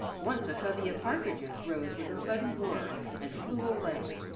once a covey of partridges rose with a sudden whir and flew away,